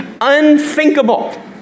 unthinkable